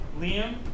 Liam